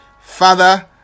Father